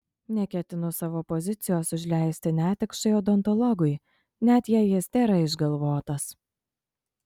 neketinu savo pozicijos užleisti netikšai odontologui net jei jis tėra išgalvotas